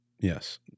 Yes